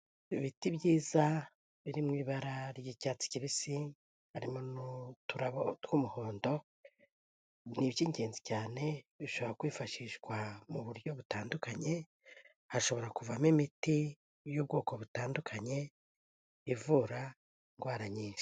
Ibiti byiza biri mu ibara ry'icyatsi kibisi harimo n'utubara tw'umuhondo ni iby'ingenzi cyane bishobora kwifashishwa mu buryo butandukanye hashobora kuvamo imiti y'ubwoko butandukanye ivura indwara nyinshi.